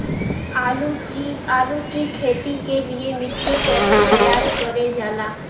आलू की खेती के लिए मिट्टी कैसे तैयार करें जाला?